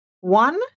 one